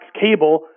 Cable